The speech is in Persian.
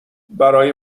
برای